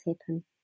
happen